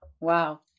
wow